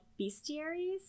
bestiaries